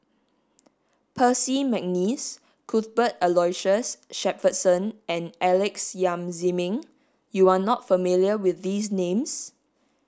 Percy McNeice Cuthbert Aloysius Shepherdson and Alex Yam Ziming you are not familiar with these names